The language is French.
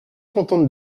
contente